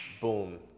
boom